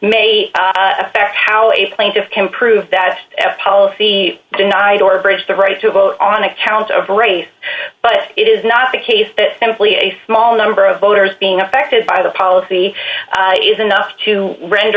may affect how a plaintiff can prove that policy denied or abridged the right to vote on account of race but it is not the case that simply a small number of voters being affected by the policy is enough to ren